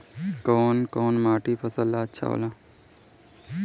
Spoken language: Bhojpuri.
कौन कौनमाटी फसल ला अच्छा होला?